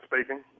Speaking